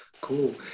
Cool